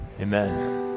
Amen